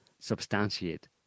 substantiate